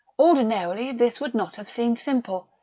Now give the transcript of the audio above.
ordinarily this would not have seemed simple,